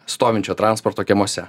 stovinčio transporto kiemuose